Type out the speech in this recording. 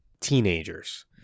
teenagers